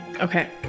Okay